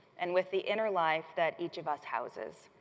and with the inner life that each of us houses.